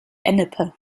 ennepe